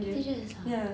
serious ah